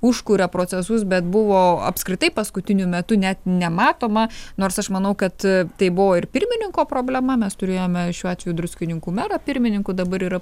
užkuria procesus bet buvo apskritai paskutiniu metu net nematoma nors aš manau kad tai buvo ir pirmininko problema mes turėjome šiuo atveju druskininkų merą pirmininku dabar yra